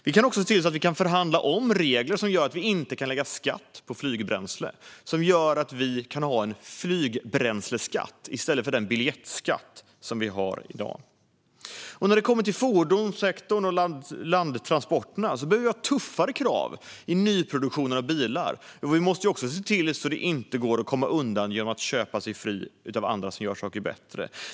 Vi kan också se till att förhandla om de regler som gör att vi inte kan lägga skatt på flygbränsle. Det skulle göra att vi kunde ha en flygbränsleskatt i stället för den biljettskatt som vi har i dag. När det kommer till fordonssektorn och landtransporterna behöver vi ha tuffare krav i nyproduktionen av bilar. Vi måste också se till att det inte går att komma undan genom att köpa sig fri via andra som gör saker bättre.